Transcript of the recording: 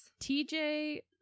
TJ